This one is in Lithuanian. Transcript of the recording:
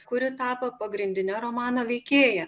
kuri tapo pagrindine romano veikėja